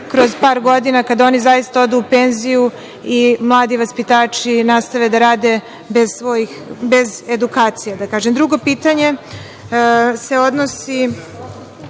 kroz par godina kad oni zaista odu u penziju i mladi vaspitači nastave da rade bez edukacija, da kažem. Drugo pitanje bih